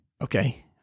okay